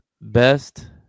Best